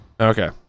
Okay